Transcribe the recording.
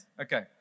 Okay